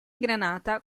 granata